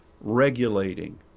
regulating